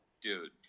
Dude